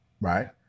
Right